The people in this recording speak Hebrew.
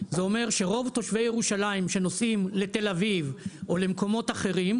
זה אומר שרוב תושבי ירושלים שנוסעים לתל אביב או למקומות אחרים,